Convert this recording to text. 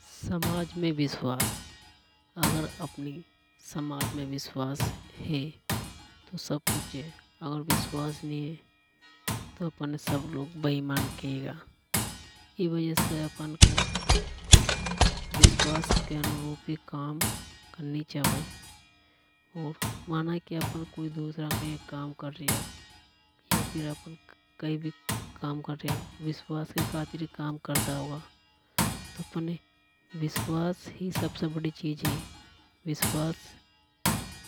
समाज में विश्वास अगर अपनी समाज में विश्वास है तो सब कुछ है अगर विश्वास नि हे तो लोग अपने बेईमान कहेगा ई वजह से अपनको विश्वास के अनुरूप ही काम करनी चावे। और माना कि अपन कोई दूसरा के यहां काम कर रिया या फिर अपन कई भी काम कर रिया विश्वास के खातिर ही काम करता होगा। तो विश्वास ही सबसे बड़ी चीज हे विश्वास